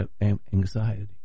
anxiety